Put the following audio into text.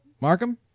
Markham